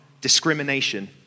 discrimination